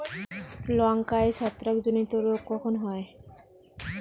লঙ্কায় ছত্রাক জনিত রোগ কখন হয়?